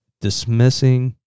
Dismissing